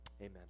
Amen